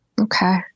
Okay